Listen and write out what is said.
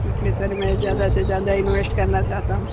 इसलिए सर मैं ज़्यादा से ज़्यादा इन्वेस्ट करना चाहता हूँ